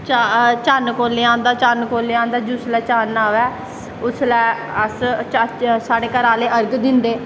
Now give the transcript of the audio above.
चन्न कुसले आंदा चन्न कुसले आंदा जिसलै चन्न आवै उसलै अस साढ़े घर आह्ले अर्घ दिंदे